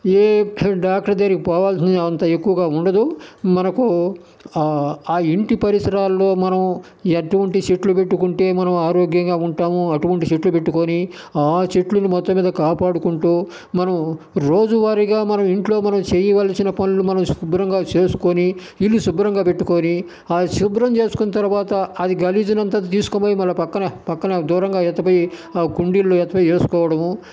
ఏ doctor దగ్గరికి పోవలసినది అంత ఎక్కువగా ఉండదు మనకు ఆ ఆ ఇంటి పరిసరాలలో మనము ఎటువంటి చెట్లు పెట్టుకుంటే మనం ఆరోగ్యంగా ఉంటాము అటువంటి చెట్లు పెట్టుకొని ఆ చెట్లని మొత్తం మీద కాపాడుకుంటూ మనం రోజువారిగా మనం ఇంట్లో చేయవలసిన పనిలో మన శుభ్రంగా చేసుకొని ఇల్లు శుభ్రంగా పెట్టుకొని ఆ శుభ్రం చేసుకున్న తర్వాత అది గలీజ్ని అంతా తీసుకుపోయి మళ్ల పక్కన పక్కన దూరంగా ఎత్తపోయి ఆ కుండీలో ఎత్తపోయి వేసుకోవడము